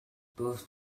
both